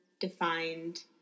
defined